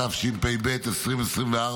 התשפ"ד 2024,